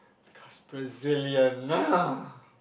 because Brazilian